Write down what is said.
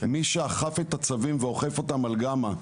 מי שאכף אותם, ושאוכף אותם על גמא,